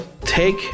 take